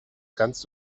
kannst